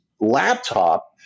laptop